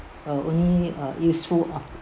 uh only uh useful of